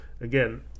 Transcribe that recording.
Again